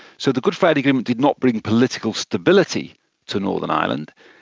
so the good friday agreement did not bring political stability to northern ireland.